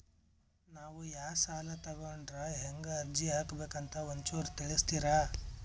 ನಾವು ಯಾ ಸಾಲ ತೊಗೊಂಡ್ರ ಹೆಂಗ ಅರ್ಜಿ ಹಾಕಬೇಕು ಅಂತ ಒಂಚೂರು ತಿಳಿಸ್ತೀರಿ?